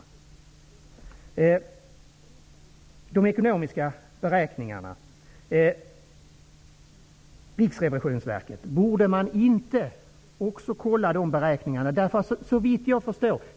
Borde man inte kolla Riksrevisionsverkets ekonomiska beräkningar?